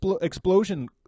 explosion